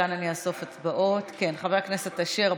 מכאן אני אאסוף אצבעות: חבר הכנסת אשר,